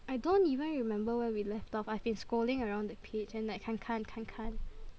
I don't even remember where we left off I've been scrolling around that page and like 看看看看